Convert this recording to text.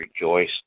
rejoice